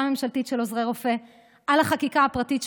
ממשלתית של עוזרי רופא על החקיקה הפרטית,